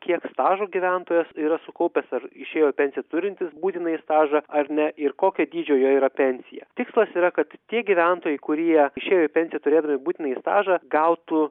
kiek stažo gyventojas yra sukaupęs ar išėjo į pensiją turintis būtinąjį stažą ar ne ir kokio dydžio jo yra pensija tikslas yra kad tie gyventojai kurie išėjo į pensiją turėdami būtinąjį stažą gautų